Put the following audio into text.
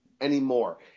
anymore